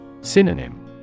Synonym